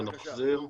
בבקשה.